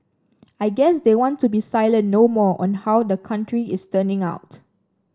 I guess they want to be silent no more on how the country is turning out